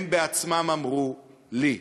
הם בעצמם אמרו לי: